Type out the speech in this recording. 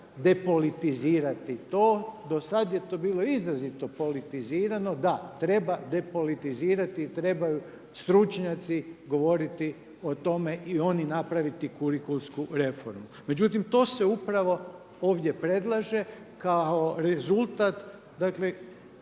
depolitizirati to. Do sada je to bilo izrazito politizirano. Da treba depolitizirati i trebaju stručnjaci govoriti o tome i oni napraviti kurikulsku reformu. Međutim to se upravo ovdje predlaže kao rezultat šireg